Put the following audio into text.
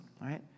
right